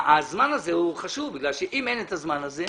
הזמן הזה הוא חשוב כי אם אין את הזמן הזה,